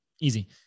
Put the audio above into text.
Easy